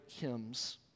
hymns